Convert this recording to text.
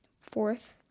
fourth